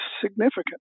significant